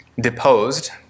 deposed